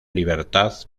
libertad